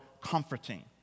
comforting